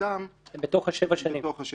מרביתם הם בתוך השבע שנים.